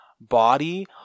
body